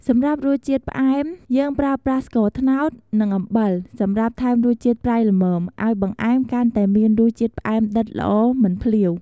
សម្រាប់រសជាតិផ្អែម យើងប្រើប្រាស់ ស្ករត្នោត និងអំបិល សម្រាប់ថែមរសជាតិប្រៃល្មម ឱ្យបង្អែមកាន់តែមានរសជាតិផ្អែមដិតល្អមិនភ្លាវ។